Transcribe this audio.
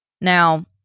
Now